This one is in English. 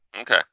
Okay